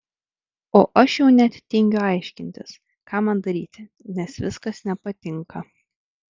o aš jau net tingiu aiškintis ką man daryti nes viskas nepatinka